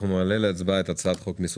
נעלה להצבעה את הצעת חוק הצעת חוק מיסוי